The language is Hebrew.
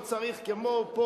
לא צריך כמו פה,